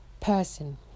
person